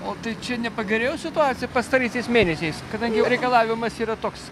o tai čia nepagerėjo situacija pastaraisiais mėnesiais kadangi reikalavimas yra toks